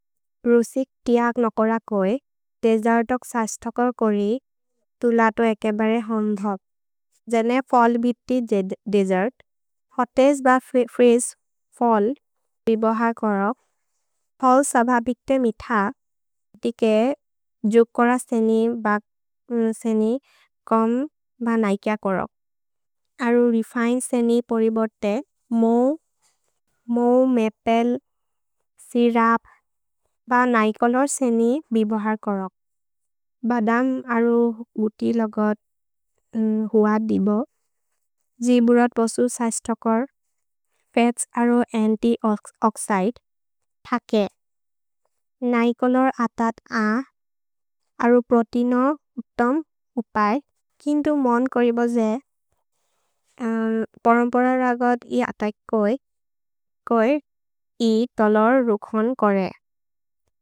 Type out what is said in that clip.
प्रुसिक् तिअक् न कोर कोए, देसेर्तक् सस्तकर् कोरि, तु लतो एके बरे होन् धोक्। जने फल् बित्ति देसेर्त्, होतिश् ब फ्रीजे फल् रिबह कोरो। फल् सभबिक्ते मिथ, तिके जुग् कोर सेनि ब सेनि कम् ब नैक्य कोरो। अरु रेफिने सेनि परिबोर्ते मौ, मौ मेपेल्, सिरप् ब नैकोलर् सेनि बिबहर् कोरो। भदम् अरु उति लगत् हुअत् दिबो। जिबुरत् बसु सस्तकर्। फत्स् अरु अन्ति ओक्सिदे थके। नैकोलर् अतत् आ। अरु प्रोतिनो उतम् उपय्। किन्तु मोन् करिब जे, परम्पर रगत् इ अतक् कोइ, कोइ इ तलर् रुखोन् कोरे।